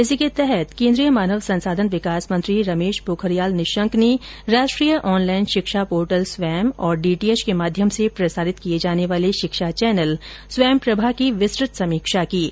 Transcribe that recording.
इसी के तहत केंद्रीय मानव संसाधन विकास मंत्री रमेश पोखरियाल निशंक ने राष्ट्रीय अहनलाइन श्रिक्षा पोर्टल स्वयं और डीटीएच के माध्यम से प्रसारित किए जाने वाले शिक्षा चैनल स्वयं प्रभा की विस्तृत समीक्षा की है